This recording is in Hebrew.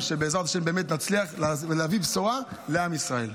בעזרת השם באמת נצליח ולהביא בשורה לעם ישראל.